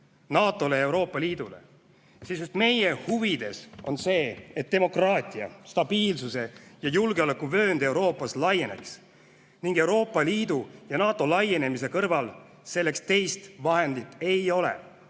NATO-le ja Euroopa Liidule. Sisuliselt meie huvides on see, et demokraatia, stabiilsuse ja julgeoleku vöönd Euroopas laieneks, aga Euroopa Liidu ja NATO laienemise kõrval selleks teist vahendit ei ole,